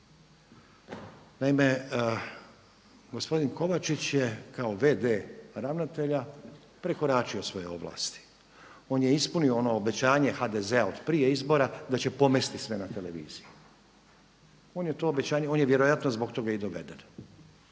Naime, gospodin Kovačić je kao v.d. ravnatelja prekoračio svoje ovlasti. On je ispunio ono obećanje HDZ-a od prije izbora da će pomesti sve na televiziji. On je to obećanje, on je vjerojatno zbog toga i doveden.